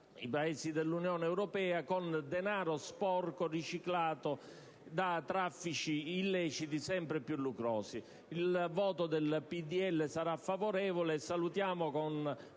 i Paesi dell'Unione europea con denaro sporco riciclato da traffici illeciti sempre più lucrosi. Il voto del mio Gruppo sarà quindi favorevole. Salutiamo -